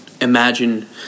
imagine